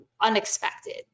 unexpected